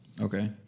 Okay